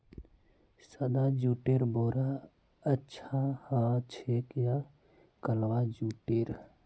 सादा जुटेर बोरा अच्छा ह छेक या कलवा जुटेर